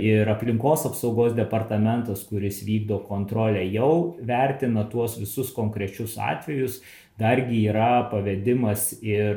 ir aplinkos apsaugos departamentas kuris vykdo kontrolę jau vertina tuos visus konkrečius atvejus dargi yra pavedimas ir